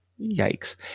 yikes